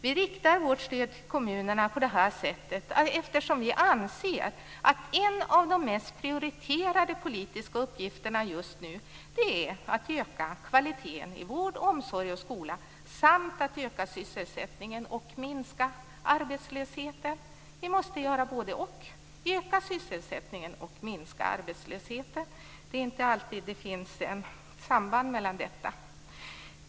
Vi riktar vårt stöd till kommunerna på det här sättet eftersom vi anser att en av de mest prioriterade politiska uppgifterna just nu är att öka kvaliteten i vård, omsorg och skola samt att öka sysselsättningen och minska arbetslösheten. Vi måste göra både-och, dvs. öka sysselsättningen och minska arbetslösheten. Men det är inte alltid som det finns ett samband häremellan.